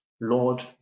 lord